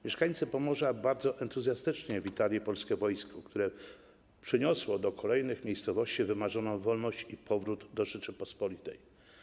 Mieszkańcy Pomorza bardzo entuzjastycznie witali polskie wojsko, które przyniosło do kolejnych miejscowości wymarzoną wolność i powrót do Rzeczypospolitej.